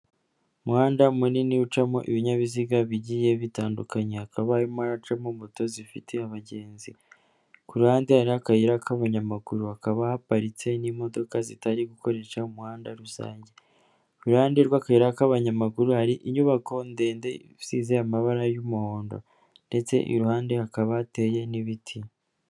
Umuhanda munini ucamo ibinyabiziga bigiye bitandukanye, hakaba harimo haracamo moto zifite abagenzi. Ku ruhande hari n'akayira k'abanyamaguru hakaba haparitse n'imodoka zitari gukoresha umuhanda rusange. Uruhande rw'akayira k'abanyamaguru hari inyubako ndende isize amabara y'umuhondo ndetse iruhande hakaba hateye n'ibiti.